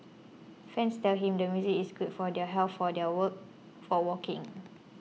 fans tell him the music is good for their health for their work for walking